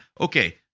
okay